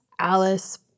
Alice